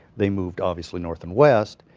they moved, obviously, north and west,